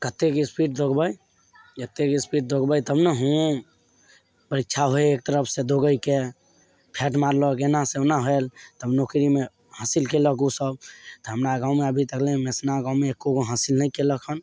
कतेक स्पीड दौगबय जतेक स्पीड दौगबय तब ने हूँओं परीक्षा होइ एक तरफसँ दौगयके फैड मारलक एना सँ ओना भेल तब नौकरीमे हासिल कयलक उसब तऽ हमरा गाँवमे अभी तक लए मेसना गाँवमे एको गो हासिल नहि कयलक हन